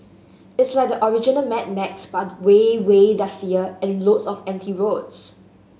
it's like the original Mad Max but way way dustier and lots of empty roads